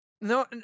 No